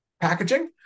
packaging